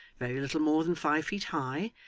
very little more than five feet high,